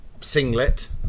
singlet